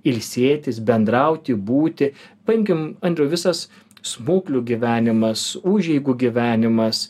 ilsėtis bendrauti būti paimkim andriau visas smuklių gyvenimas užeigų gyvenimas